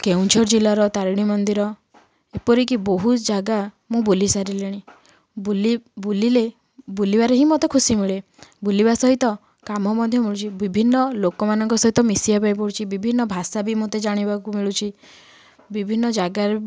କେଉଁଝର ଜିଲ୍ଲାର ତାରିଣୀ ମନ୍ଦିର ଏପିରିକି ବହୁତ ଜାଗା ମୁଁ ବୁଲି ସାରିଲିଣି ବୁଲି ବୁଲିଲେ ବୁଲିବାରେ ହିଁ ମୋତେ ଖୁସି ମିଳେ ବୁଲିବା ସହିତ କାମ ମଧ୍ୟ ମିଳୁଛି ବିଭିନ୍ନ ଲୋକମାନଙ୍କ ସହିତ ମିଶିବା ପାଇଁ ପଡ଼ୁଛି ବିଭିନ୍ନ ଭାଷା ବି ମୋତେ ଜାଣିବାକୁ ମିଳୁଛି ବିଭିନ୍ନ ଜାଗାରେ